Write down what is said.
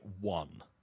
one